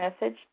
message